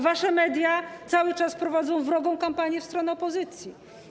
Wasze media cały czas prowadzą wrogą kampanię w stronę opozycji.